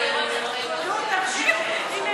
נו, תמשיכו.